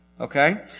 okay